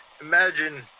Imagine